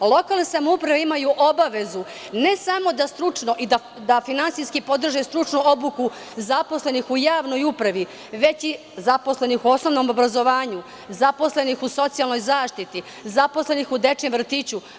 Lokalne samouprave imaju obavezu ne samo da stručno i da finansijski podrže stručnu obuku zaposlenih u javnoj upravi, već i zaposlenih u osnovnom obrazovanju, zaposlenih u socijalnoj zaštiti, zaposlenih u dečijem vrtiću.